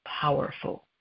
powerful